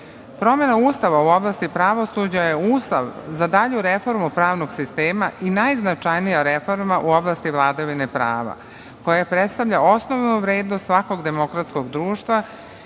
Promena Ustava u oblasti pravosuđa je uslov za dalju reformu pravnog sistema i najznačajnija reforma u oblasti vladavine prava koja predstavlja osnovnu vrednost svakog demokratskog društva